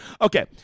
Okay